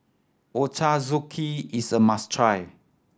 ochazuke is a must try